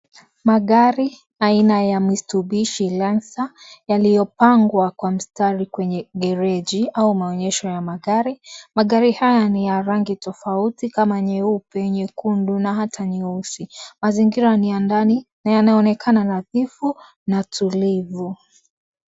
Magari aina ya Mitsubishi landser yaliyopangwa kwa mistari kwenye vireji au maonyesho ya magari. Magari haya ni ya rangi tofauti kama nyeupe, nyekundu na ata nyeusi. Mazingira ni ya ndani na yanaonekana nadhifu na tulivu.